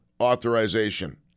authorization